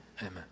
amen